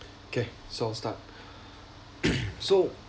okay so start so